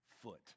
foot